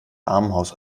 armenhaus